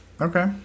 Okay